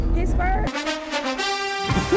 Pittsburgh